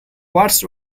what